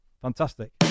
fantastic